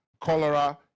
cholera